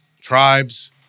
tribes